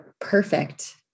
perfect